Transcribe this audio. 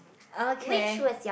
okay